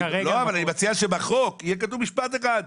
אבל אני מציע שבחוק יהיה כתוב משפט אחד: